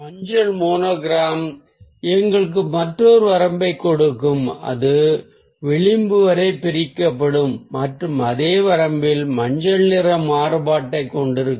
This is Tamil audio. மஞ்சள் மோனோக்ரோம் நமக்கு மற்றொரு வரம்பைக் கொடுக்கும் அது விளிம்பு வரை பிரிக்கப்படும் மற்றும் அதே வரம்பில் மஞ்சள் நிற மாறுபாட்டைக் கொண்டிருக்கும்